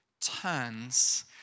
turns